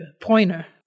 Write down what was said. Pointer